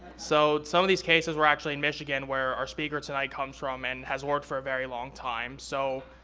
so, some of these cases were actually in michigan, where our speaker tonight comes from, and has worked for a very long time. so,